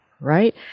right